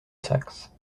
saxe